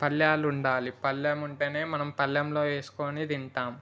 పళ్ళేలు ఉండాలి పళ్ళెం ఉంటేనే మనం పళ్ళెంలో వేసుకుని తింటాం